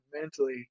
mentally